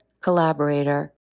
Collaborator